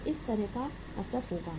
तो किस तरह का असर होगा